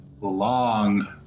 long